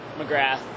McGrath